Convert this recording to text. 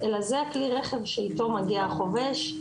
אלא כי זה כלי הרכב שאיתו מגיע החובש,